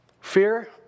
Fear